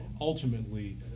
ultimately